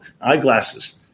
Eyeglasses